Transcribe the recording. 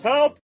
Help